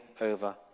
over